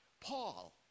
Paul